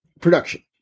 production